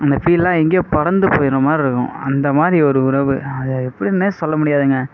அந்த ஃபீலெல்லாம் எங்கேயோ பறந்து போயிடுற மாதிரிருக்கும் அந்த மாதிரி ஒரு உறவு அதை எப்படின்னே சொல்ல முடியாதுங்க